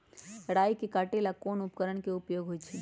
राई के काटे ला कोंन उपकरण के उपयोग होइ छई?